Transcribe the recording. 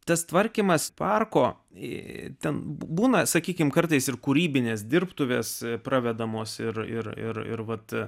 tas tvarkymas parko į ten būna sakykime kartais ir kūrybines dirbtuves pravedamos ir ir ir ir vat